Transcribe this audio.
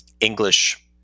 English